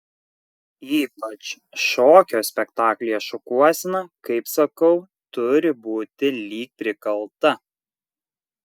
ypač šokio spektaklyje šukuosena kaip sakau turi būti lyg prikalta